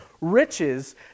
riches